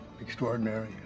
extraordinary